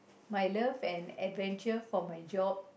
my love and adventure for my job